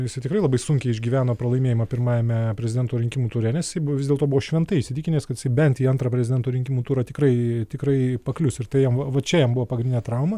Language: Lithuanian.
jisai tikrai labai sunkiai išgyveno pralaimėjimą pirmajame prezidento rinkimų ture nes jisai buvo vis dėlto buvo šventai įsitikinęs kad bent į antrą prezidento rinkimų turą tikrai tikrai paklius ir tai jam va va čia jam buvo pagrindinė trauma